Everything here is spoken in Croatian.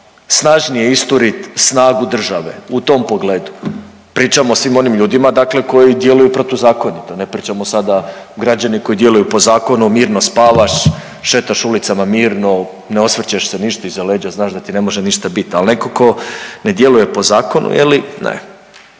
snažnije isturit snagu države u tom pogledu. Pričam o svim onim ljudima koji djeluju protuzakonito, ne pričamo sada građani koji djeluju po zakonu mirno spavaš, šetaš ulicama mirno, ne osvrćeš se ništa iza leđa znaš da ti ne može ništa bit. Al neko ko ne djeluje po zakonu, ne.